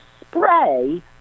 spray